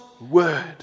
word